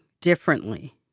differently